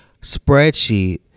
spreadsheet